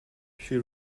she